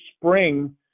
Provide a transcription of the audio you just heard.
spring